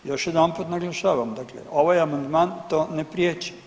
Još jedanput naglašavam dakle ovaj amandman to ne prijeći.